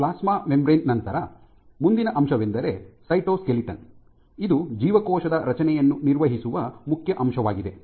plasma membrane ನಂತರ ಮುಂದಿನ ಅಂಶವೆಂದರೆ ಸೈಟೋಸ್ಕೆಲಿಟನ್ ಇದು ಜೀವಕೋಶದ ರಚನೆಯನ್ನು ನಿರ್ವಹಿಸುವ ಮುಖ್ಯ ಅಂಶವಾಗಿದೆ